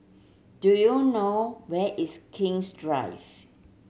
do you know where is King's Drive